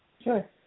Sure